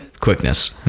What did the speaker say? quickness